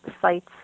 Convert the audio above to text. sites